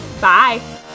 Bye